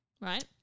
right